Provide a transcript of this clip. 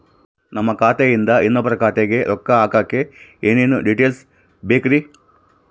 ನಮ್ಮ ಖಾತೆಯಿಂದ ಇನ್ನೊಬ್ಬರ ಖಾತೆಗೆ ರೊಕ್ಕ ಹಾಕಕ್ಕೆ ಏನೇನು ಡೇಟೇಲ್ಸ್ ಬೇಕರಿ?